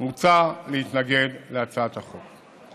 מוצע להתנגד להצעת החוק.